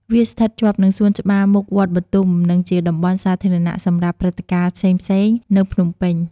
វាស្ថិតជាប់នឹងសួនច្បារមុខវត្តបុទុម និងជាតំបន់សាធារណៈសម្រាប់ព្រឹត្តិការណ៍ផ្សេងៗ នៅភ្នំពេញ។